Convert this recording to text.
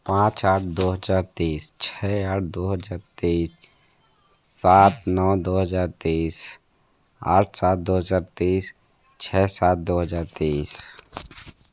पाँच आठ दो हज़ार तेईस छः आठ दो हज़ार तेईस सात नौ दो हज़ार तेईस आठ सात दो हज़ार तेईस छः सात दो हज़ार तेईस